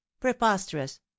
Preposterous